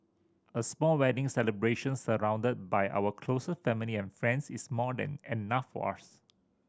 a small wedding celebration surrounded by our closest family and friends is more than enough for us